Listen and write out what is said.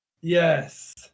Yes